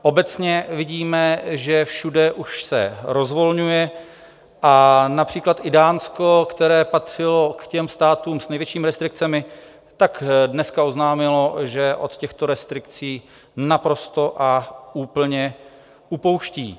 Obecně vidíme, že všude už se rozvolňuje, a například i Dánsko, které patřilo k těm státům s největšími restrikcemi, tak dneska oznámilo, že od těchto restrikcí naprosto a úplně upouští.